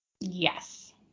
Yes